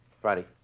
Friday